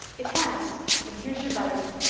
it has and here's your butter.